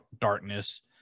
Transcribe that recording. Darkness